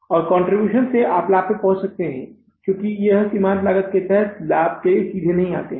और कंट्रीब्यूशन से आप लाभ पर पहुंच सकते हैं क्योंकि हम सीमांत लागत के तहत लाभ के लिए सीधे नहीं आते हैं